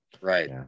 right